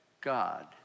God